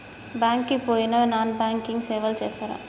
Bank కి పోయిన non banking సేవలు చేస్తరా?